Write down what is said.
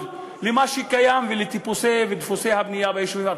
למה שקיים ולטיפוסי ודפוסי הבנייה ביישובים.